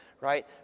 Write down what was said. right